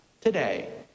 today